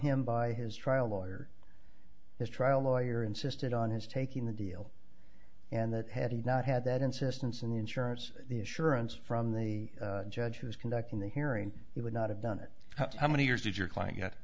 him by his trial lawyer his trial lawyer insisted on his taking the deal and that had he not had that insistence and the insurance the assurance from the judge who is conducting the hearing he would not have done it how many years did your client get